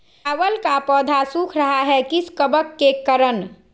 चावल का पौधा सुख रहा है किस कबक के करण?